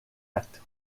actes